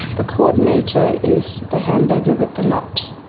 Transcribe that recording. the coordinator is the hamburger with the lot.